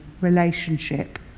relationship